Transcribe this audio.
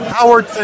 Howard